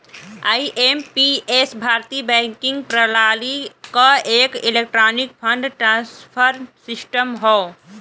IMPS भारतीय banking प्रणाली क एक इलेक्ट्रॉनिक फंड ट्रांसफर सिस्टम हौ